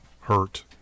hurt